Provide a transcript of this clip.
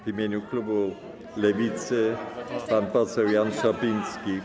W imieniu klubu Lewicy pan poseł Jan Szopiński.